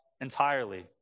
entirely